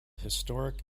historic